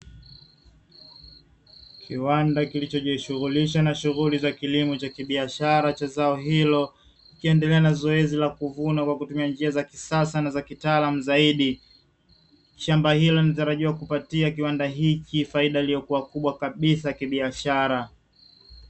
Kiwanda kilichojishughulisha na shughuli za kilimo cha kibiashara cha zao hilo, likiendelea na zoezi la kuvuna kwa kutumia njia za kisasa na za kitaalamu zaidi. Shamba hilo linatarajiwa kujipatia kiwanda hiki faida iliyo kubwa kabisa kibiashara.